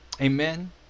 Amen